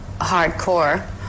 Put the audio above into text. hardcore